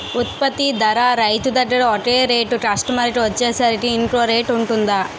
ఉత్పత్తి ధర రైతు దగ్గర ఒక రేట్ కస్టమర్ కి వచ్చేసరికి ఇంకో రేట్ వుంటుందా?